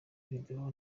video